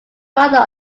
mother